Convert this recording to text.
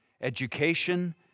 education